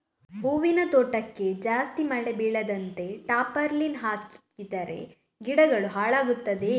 ಹೂವಿನ ತೋಟಕ್ಕೆ ಜಾಸ್ತಿ ಮಳೆ ಬೀಳದಂತೆ ಟಾರ್ಪಾಲಿನ್ ಹಾಕಿದರೆ ಗಿಡಗಳು ಹಾಳಾಗುತ್ತದೆಯಾ?